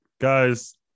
guys